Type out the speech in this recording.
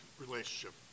relationship